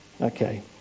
Okay